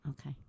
Okay